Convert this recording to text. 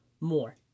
more